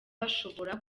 bashobora